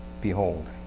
Behold